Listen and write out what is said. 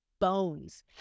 bones